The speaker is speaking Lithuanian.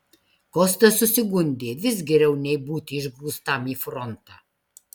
kostas susigundė vis geriau nei būti išgrūstam į frontą